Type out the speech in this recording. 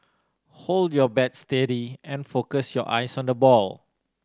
hold your bat steady and focus your eyes on the ball